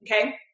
Okay